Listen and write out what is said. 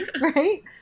right